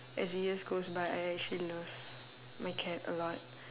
as the years goes by I actually love my cat a lot